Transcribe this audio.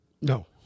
No